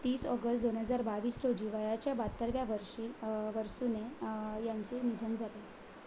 तीस ऑगस्ट दोन हजार बावीस रोज वयाच्या बाहत्तराव्या वर्षी वर्सुने यांचे निधन झाले